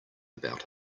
about